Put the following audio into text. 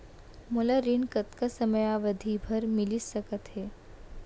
मोला ऋण कतना समयावधि भर मिलिस सकत हे?